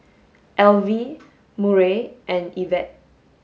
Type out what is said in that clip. Alvie Murray and Evette